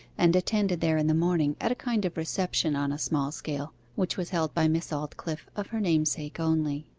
and attended there in the morning at a kind of reception on a small scale, which was held by miss aldclyffe of her namesake only.